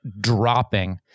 dropping